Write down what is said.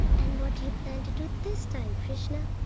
and what do you plan to do this time, krishna?